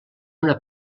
una